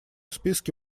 списке